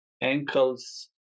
ankles